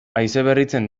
haizeberritzen